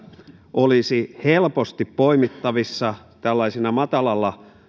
olisi helposti poimittavissa tällaisina matalalla